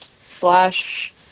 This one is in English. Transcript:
slash